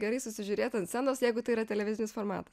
gerai susižiūrėt ant scenos jeigu tai yra televizinis formatas